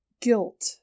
guilt